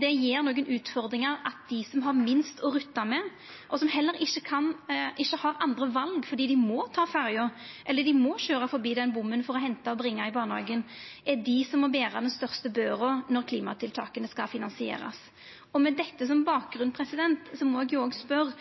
Det gjev nokre utfordringar at dei som har minst å rutta med, og som heller ikkje har andre val – fordi dei må ta den ferja eller køyra forbi den bommen for å henta og bringa i barnehagen – er dei som må bera den største børa når klimatiltaka skal finansierast. Med dette som bakgrunn må eg